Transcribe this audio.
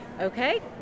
Okay